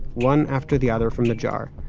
one after the other, from the jar.